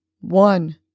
one